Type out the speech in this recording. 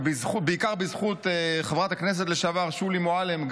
בעיקר בזכות חברת הכנסת לשעבר שולי מועלם,